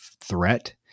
threat